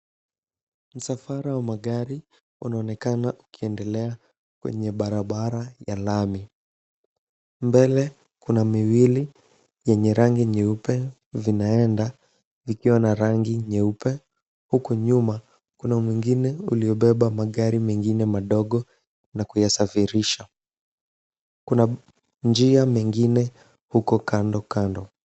Msafara wa magari unaonekana ukiendelea kwenye barabara ya lami. Mbele kuna miwili yenye rangi nyeupe zinaenda ikiwa na rangi nyeupe huku nyuma kuna mwingine uliobeba magari mengine madogo na kuyasafirisha. Kuna njia mengine huko kando kando.